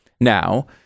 now